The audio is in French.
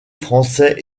français